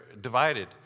divided